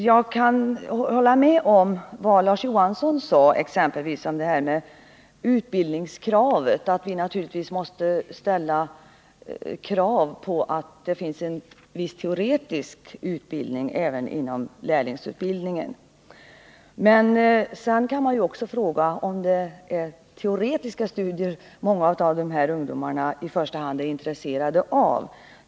Jag kan hålla med om vad Larz Johansson sade om exempelvis .utbildningskravet, nämligen att vi naturligtvis måste ställa krav på att det finns en viss teoretisk utbildning även inom lärlingsutbildningen. Sedan kan man också ställa frågan om det är teoretiska studier som många av dessa ungdomar i första hand är intresserade av.